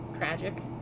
tragic